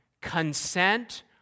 Consent